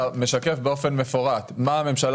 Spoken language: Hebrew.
כאן אתה משקף באופן מפורט מה הממשלה